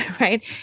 right